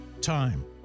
Time